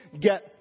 get